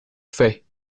fait